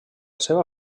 seva